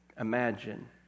Imagine